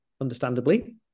understandably